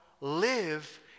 live